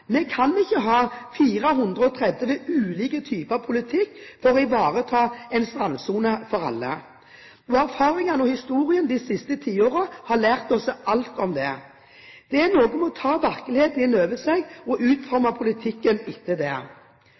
Vi kan ikke ha 430 ulike typer politikk for å ivareta en strandsone for alle. Både erfaringene og historien de siste tiårene har lært oss alt om det. Det er noe med å ta virkeligheten inn over seg og utforme politikken etter det.